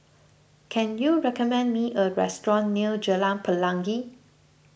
can you recommend me a restaurant near Jalan Pelangi